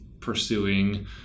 pursuing